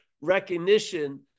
recognition